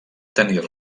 tenir